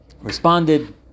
responded